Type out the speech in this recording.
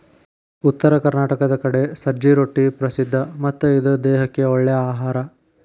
ಉತ್ತರ ಕರ್ನಾಟಕದ ಕಡೆ ಸಜ್ಜೆ ರೊಟ್ಟಿ ಪ್ರಸಿದ್ಧ ಮತ್ತ ಇದು ದೇಹಕ್ಕ ಒಳ್ಳೇ ಅಹಾರಾ